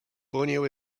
borneo